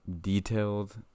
detailed